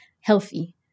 healthy